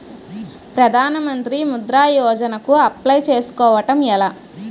ప్రధాన మంత్రి ముద్రా యోజన కు అప్లయ్ చేసుకోవటం ఎలా?